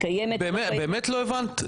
באמת לא הבנת?